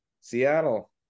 seattle